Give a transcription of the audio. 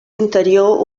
interior